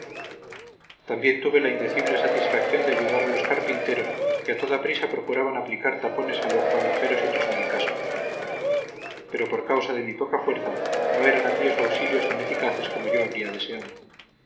también tuve la indecible satisfacción de ayudar a los carpinteros que a toda prisa procuraban aplicar tapones a los agujeros hechos en el casco pero por causa de mi poca fuerza no eran aquellos auxilios tan eficaces como yo habría deseado